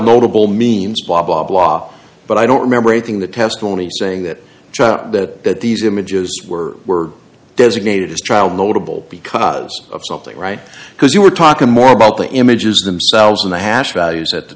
notable means blah blah blah but i don't remember a thing the testimony saying that that these images were were designated as child notable because of something right because you were talking more about the images themselves in the hash values at the